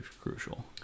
crucial